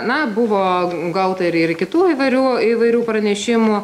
na buvo gauta ir ir kitų įvairių įvairių pranešimų